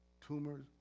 tumors